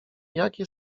jakie